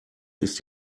ist